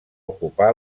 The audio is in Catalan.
ocupar